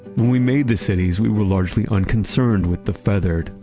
when we made the cities, we were largely unconcerned with the feathered,